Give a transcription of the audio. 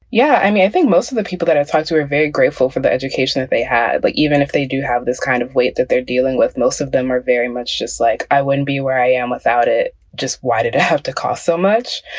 yeah, i mean, i think most of the people that i talked to were very grateful for the education that they had. but even if they do have this kind of weight that they're dealing with, most of them are very much just like i wouldn't be where i am without it. just why did it have to cost so much?